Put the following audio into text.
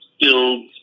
build